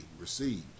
received